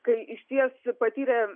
kai išties patyrę